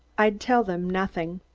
i'd tell them nothing.